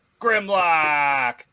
Grimlock